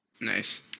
nice